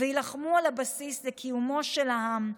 והילחמו על הבסיס לקיומו של העם,